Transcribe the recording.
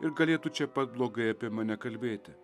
ir galėtų čia pat blogai apie mane kalbėti